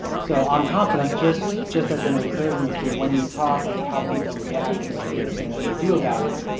so on confidence, just just as an encouragement to when you talk, like how people react, and what they listen and what they do about it,